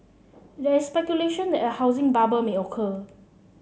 there is speculation that a housing bubble may occur